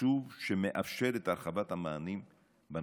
תקצוב שמאפשר את הרחבת המענים בנושא.